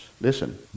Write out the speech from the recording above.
Listen